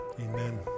Amen